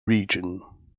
region